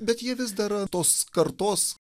bet jie vis dar tos kartos